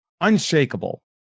unshakable